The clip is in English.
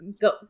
go